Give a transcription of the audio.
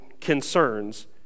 concerns